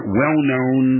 well-known